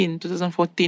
2014